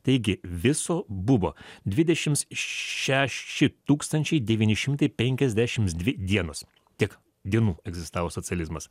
taigi viso buvo dvidešims šeši tūkstančiai devyni šimtai penkiasdešims dvi dienos tiek dienų egzistavo socializmas